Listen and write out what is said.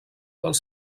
dels